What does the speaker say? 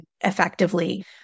effectively